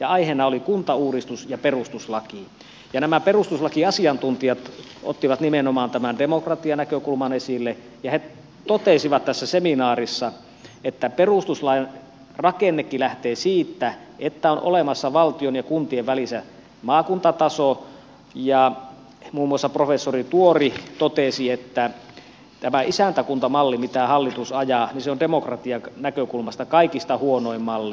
aiheena oli kuntauudistus ja perustuslaki ja nämä perustuslakiasiantuntijat ottivat nimenomaan tämän demokratianäkökulman esille ja he totesivat tässä seminaarissa että perustuslain rakennekin lähtee siitä että on olemassa valtion ja kuntien välissä maakuntataso ja muun muassa professori tuori totesi että tämä isäntäkuntamalli mitä hallitus ajaa on demokratian näkökulmasta kaikista huonoin malli